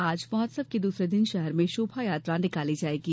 आज महोत्सव के दूसरे दिन शहर में शोभायात्रा निकाली जायेगी